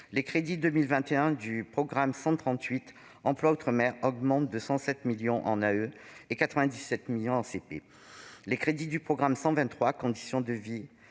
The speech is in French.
Les crédits 2021 du programme 138, « Emploi outre-mer », augmentent de 107 millions en AE et 94 millions en CP. Les crédits du programme 123, « Conditions de vie